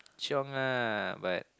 chiong ah but